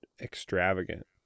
extravagant